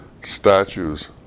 statues